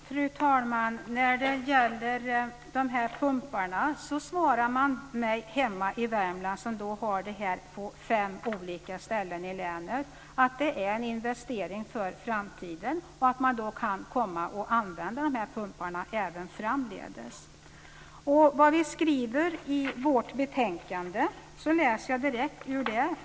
Fru talman! När det gäller dessa pumpar svarar man mig hemma i Värmland, där man har detta på fem olika ställen i länet, att det är en investering för framtiden och att man då kan komma att använda dessa pumpar även framdeles.